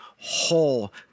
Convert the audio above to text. whole